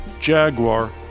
Jaguar